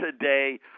today